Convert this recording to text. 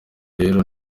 rero